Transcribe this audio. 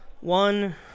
One